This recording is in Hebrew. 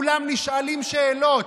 כולם נשאלים שאלות.